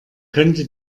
könnte